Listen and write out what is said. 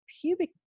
pubic